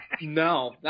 no